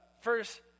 first